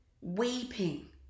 weeping